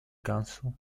council